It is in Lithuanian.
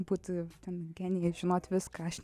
būti ten genijai žinot viską aš